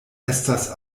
estas